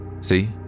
See